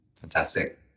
Fantastic